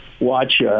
watch